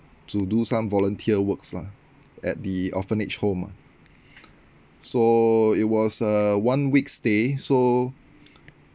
to do some volunteer works lah at the orphanage home ah so it was a one week stay so